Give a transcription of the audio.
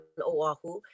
Oahu